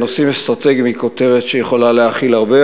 "נושאים אסטרטגיים" היא כותרת שיכולה להכיל הרבה,